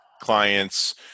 clients